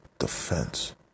Defense